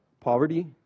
Poverty